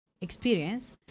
experience